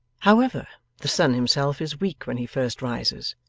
however, the sun himself is weak when he first rises,